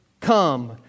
come